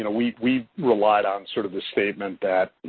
you know we we relied on sort of the statement that, you